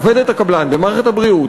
עובדת הקבלן במערכת הבריאות,